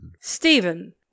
Stephen